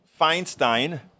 Feinstein